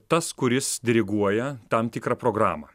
tas kuris diriguoja tam tikrą programą